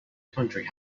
country